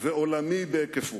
ועולמי בהיקפו.